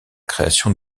création